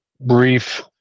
brief